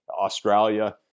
Australia